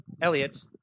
Elliot